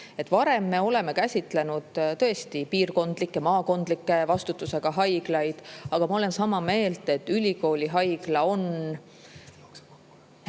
Varem me oleme käsitlenud piirkondlike ja maakondlike vastutusega haiglaid, aga ma olen sama meelt, et ülikooli haigla on